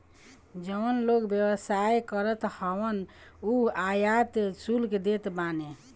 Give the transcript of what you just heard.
जवन लोग व्यवसाय करत हवन उ आयात शुल्क देत बाने